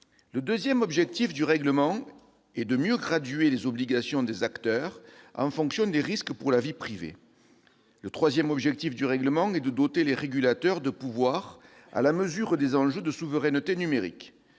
Le deuxième objectif du règlement est de mieux graduer les obligations des acteurs en fonction des risques pour la vie privée. Le troisième objectif est de doter les régulateurs de pouvoirs à la mesure des enjeux de souveraineté numérique.